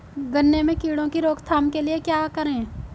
गन्ने में कीड़ों की रोक थाम के लिये क्या करें?